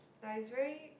like it's very